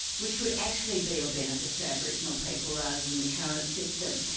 which would actually be of benefit to aboriginal people rather than the current system.